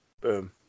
boom